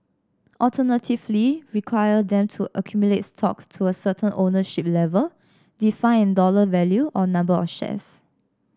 alternatively require them to accumulate stock to a certain ownership level defined in dollar value or number of shares